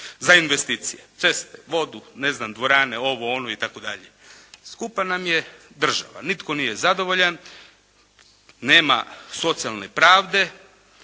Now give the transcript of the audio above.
za investicije, ceste, vodu, ne znam dvorane, ovo ono itd. Skupa nam je država. Nitko nije zadovoljan. Nema socijalne pravde